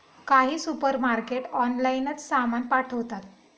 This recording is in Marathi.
काही सुपरमार्केट ऑनलाइनच सामान पाठवतात